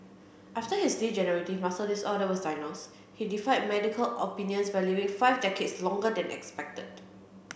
after his degenerative muscle disorder was diagnosed he defied medical opinions by living five decades longer than expected